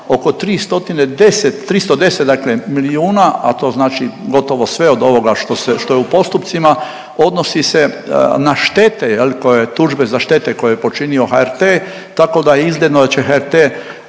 dakle milijuna, a to znači gotovo sve od ovoga što se, što je u postupcima, odnosi se na štete, je li, tužbe za štete koje je počinio HRT, tako da je izgledno da će HRT